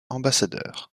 ambassadeur